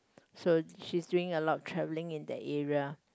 so she is doing a lot of traveling in the area